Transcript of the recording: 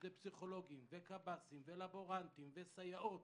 זה פסיכולוגית וקב"סים ולבורנטים וסייעות.